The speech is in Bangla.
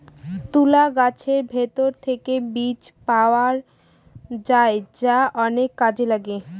তুলা গাছের ভেতর থেকে বীজ পাওয়া যায় যা অনেক কাজে লাগে